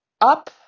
up